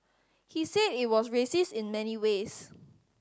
he said it was racist in many ways